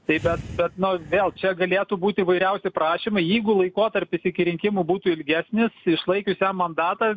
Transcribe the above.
tai bet bet nu vėl čia galėtų būt įvairiausi prašymai jeigu laikotarpis iki rinkimų būtų ilgesnis išlaikius jam mandatą